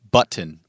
Button